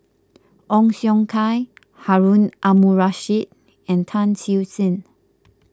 Ong Siong Kai Harun Aminurrashid and Tan Siew Sin